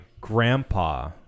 grandpa